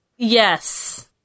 Yes